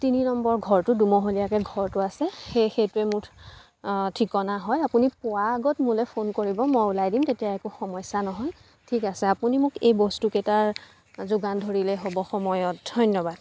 তিনি নম্বৰ ঘৰটো দুমহলীয়াকৈ ঘৰটো আছে সেই সেইটোৱে মোৰ ঠিকনা হয় আপুনি পোৱা আগত মোলৈ ফোন কৰিব মই ওলাই দিম তেতিয়া একো সমস্যা নহয় ঠিক আছে আপুনি মোক এই বস্তুকেইটাৰ যোগান ধৰিলে হ'ব সময়ত ধন্যবাদ